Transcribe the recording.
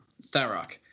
Tharok